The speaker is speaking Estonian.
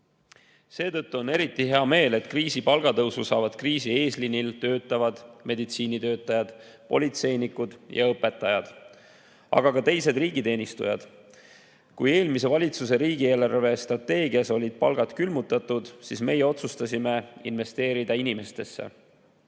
Seetõttu on eriti hea meel, et palgatõusu saavad kriisi eesliinil töötavad meditsiinitöötajad, politseinikud ja õpetajad, aga ka teised riigiteenistujad. Kui eelmise valitsuse riigi eelarvestrateegias olid palgad külmutatud, siis meie otsustasime investeerida inimestesse.